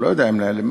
אני לא יודע אם נעלמה,